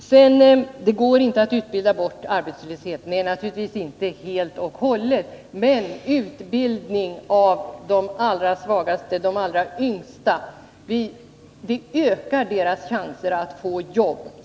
Sedan påstår Tommy Franzén att det inte går att utbilda bort arbetslösheten. Nej, naturligtvis inte helt och hållet. Men utbildning av de allra svagaste och de allra yngsta ökar deras chanser att få jobb.